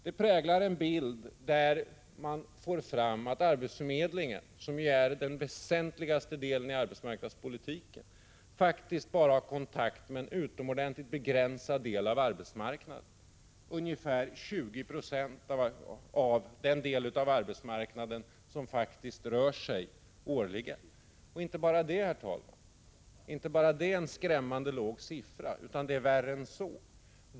Undersökningen visar att arbetsförmedlingen, som är den väsentligaste delen av arbetsmarknadspolitiken, faktiskt bara har kontakt med en utomordentligt begränsad del av arbetsmarknaden, ungefär 20 9£ av den del av arbetsmarknaden som faktiskt rör sig årligen. Detta är en skrämmande låg siffra, men det är värre än så.